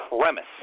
premise